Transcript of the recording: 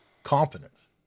Confidence